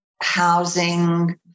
housing